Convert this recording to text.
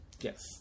Yes